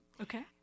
okay